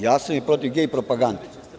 Ja sam i protiv gej propagande.